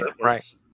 right